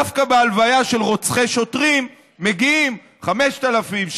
דווקא בהלוויה של רוצחי שוטרים מגיעים 5,000,